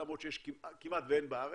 למרות שכמעט שאין בארץ,